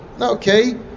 okay